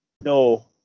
No